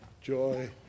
joy